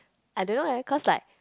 I don't know eh cause like